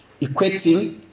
equating